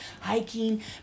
hiking